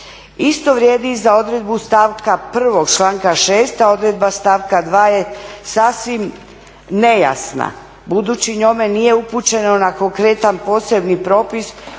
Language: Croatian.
Isto vrijedi i za odredbu stavka 1., članka 6., a odredba stavka 2 je sasvim nejasna budući njome nije upućeno na konkretan posebni propis